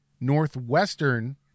Northwestern